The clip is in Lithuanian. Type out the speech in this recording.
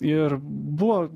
ir buvo